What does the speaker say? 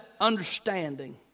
understanding